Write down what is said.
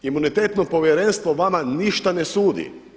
Imunitetno povjerenstvo vama ništa ne sudi.